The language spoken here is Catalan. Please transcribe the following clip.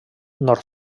nord